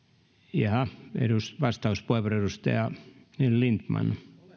vastauspuheenvuoro edustaja lindtman